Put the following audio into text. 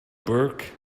burke